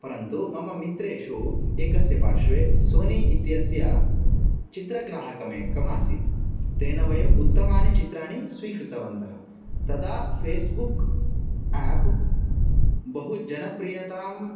परन्तु मम मित्रेषु एकस्य पार्श्वे सोनी इत्यस्य चित्रग्राहकम् एकमासीत् तेन वयं उत्तमानि चित्राणि स्वीकृतवन्तः तदा फेस्बुक् एप् बहु जनप्रियतां